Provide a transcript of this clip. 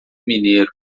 mineiro